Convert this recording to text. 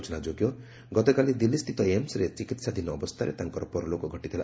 ସୂଚନାଯୋଗ୍ୟ ଗତକାଲି ଦିଲ୍ଲୀସ୍ଥିତ ଏମ୍ସ୍ରେ ଚିକିହାଧୀନ ଅବସ୍ଥାରେ ତାଙ୍କର ପରଲୋକ ଘଟିଥିଲା